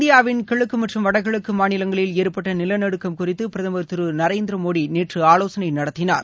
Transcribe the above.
இந்தியாவின் கிழக்கு மற்றும் வடகிழக்கு மாநிலங்களில் ஏற்பட்ட நிலநடுக்கம் குறித்து பிரதமர் திரு நரேந்திர மோடி நேற்று ஆலோசனை நடத்தினார்